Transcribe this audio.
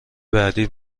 بعدی